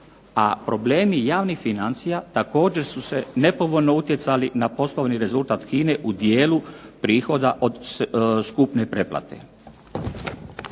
a problemi javnih financija također su se nepovoljno utjecali na poslovni rezultat HINA-e u dijelu prihoda od skupne pretplate.